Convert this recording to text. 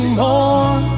more